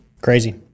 Crazy